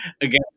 again